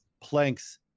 planks